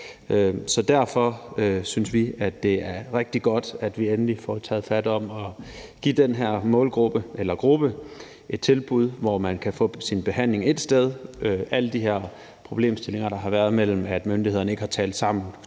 Så derfor synes vi, at det er rigtig godt, at vi endelig får taget fat om at give den her gruppe et tilbud, hvor man kan få sin behandling ét sted, og alle de her problemstillinger, der har været med, at myndighederne ikke har talt sammen,